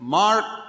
mark